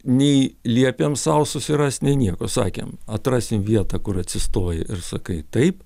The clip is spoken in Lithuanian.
nei liepėm sau susirast nei nieko sakėm atrasim vietą kur atsistoji ir sakai taip